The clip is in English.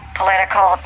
political